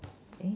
eh